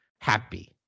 happy